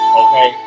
okay